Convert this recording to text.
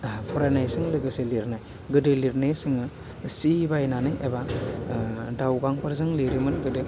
फरायनायजों लोगोसे लिरनाय गोदो लिरनाय जोङो सि बायनानै एबा दावगांफोरजों लिरोमोन गोदो